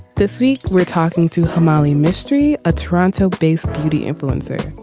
this week we're talking to family mystery a toronto based beauty influencer.